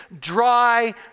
dry